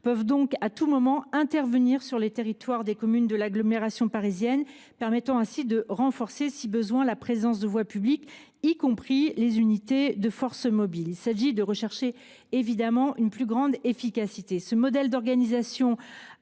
peuvent donc à tout moment intervenir sur les territoires des communes de l’agglomération parisienne, permettant ainsi de renforcer, si besoin, la présence de voie publique, y compris les unités de force mobile. Il s’agit de rechercher évidemment une plus grande efficacité. Ce modèle d’organisation,